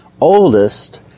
oldest